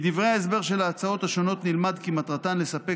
מדברי ההסבר של ההצעות השונות נלמד כי מטרתן לספק